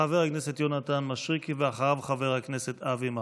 חבר הכנסת מישרקי, ואחריו, חבר הכנסת אבי מעוז.